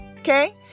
okay